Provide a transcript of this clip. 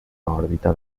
òrbita